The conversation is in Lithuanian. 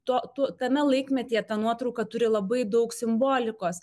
tuo metu tame laikmetyje tą nuotrauką turi labai daug simbolikos